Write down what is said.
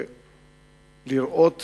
לראות